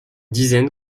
dizaine